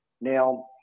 Now